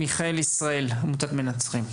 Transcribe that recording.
מיכל ישראל, עמותת מצמיחים.